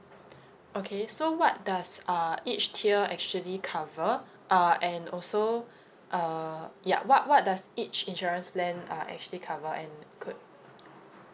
okay so what does uh each tier actually cover uh and also err ya what what does each insurance plan uh actually cover and could